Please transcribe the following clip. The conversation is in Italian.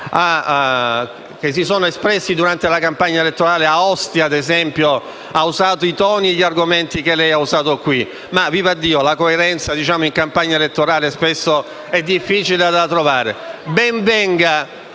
che si sono espressi durante la campagna elettorale - ad esempio a Ostia - ha usato i toni e gli argomenti da lei usati qui, ma vivaddio la coerenza in campagna elettorale spesso è difficile da trovare. *(Commenti